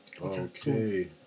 Okay